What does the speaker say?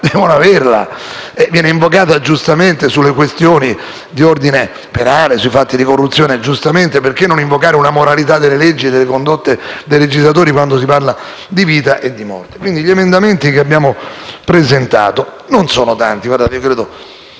devono averla. Questa viene invocata - giustamente - sulle questioni di ordine penale e sui fatti di corruzione; perché non invocare una moralità delle leggi e delle condotte dei legislatori quando si parla di vita e di morte? Gli emendamenti che abbiamo presentato dunque non sono tanti: guardate, credo